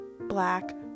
black